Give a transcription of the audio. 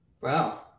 Wow